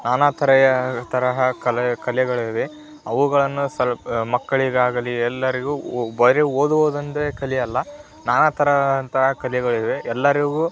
ನಾನಾ ತರಹ ತರಹ ಕಲೆ ಕಲೆಗಳಿವೆ ಅವುಗಳನ್ನು ಸ್ವಲ್ಪ ಮಕ್ಕಳಿಗಾಗಲಿ ಎಲ್ಲರಿಗೂ ಒ ಬರೀ ಓದುವುದೊಂದೇ ಕಲೆ ಅಲ್ಲ ನಾನಾ ತರಹದಂತಹ ಕಲೆಗಳಿವೆ ಎಲ್ಲರಿಗೂ